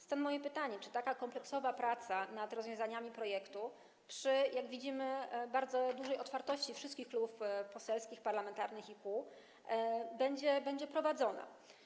Stąd moje pytanie: Czy taka kompleksowa praca nad rozwiązaniami projektu przy, jak widzimy, bardzo dużej otwartości wszystkich klubów poselskich, parlamentarnych i kół będzie prowadzona?